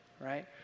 right